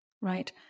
right